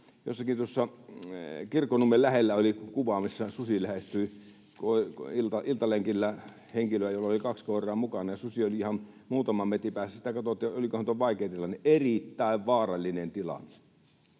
jossakin tuossa Kirkkonummen lähellä, oli otettu kuva, missä susi lähestyi iltalenkillä henkilöä, jolla oli kaksi koiraa mukana, ja susi oli ihan muutaman metrin päässä. Sitä katsottiin, että olikohan vaikea tilanne. Erittäin vaarallinen tilanne.